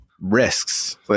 risks